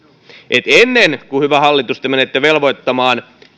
että ennen kuin hyvä hallitus te menette velvoittamaan